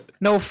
No